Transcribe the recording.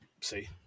see